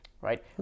right